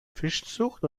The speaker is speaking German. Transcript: fischzucht